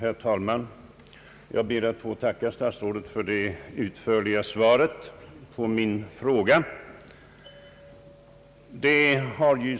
Herr talman! Jag ber att få tacka statsrådet för det utförliga svaret på min fråga.